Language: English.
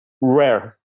rare